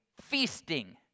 feasting